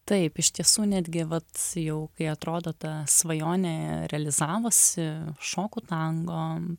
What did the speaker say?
taip iš tiesų netgi vat jau kai atrodo ta svajonė realizavosi šoku tango